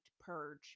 purge